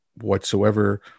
whatsoever